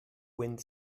wind